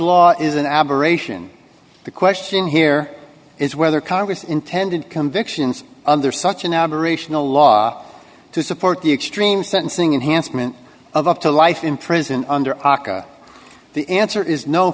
law is an aberration the question here is whether congress intended convictions under such an aberration a law to support the extreme sentencing enhanced men of up to life in prison under aka the answer is no